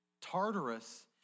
Tartarus